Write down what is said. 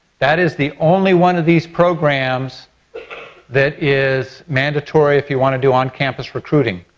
that is the only one of these programs that is mandatory if you want to do on campus recruiting.